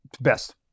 Best